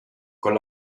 con